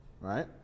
Right